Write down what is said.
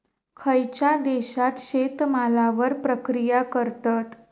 खयच्या देशात शेतमालावर प्रक्रिया करतत?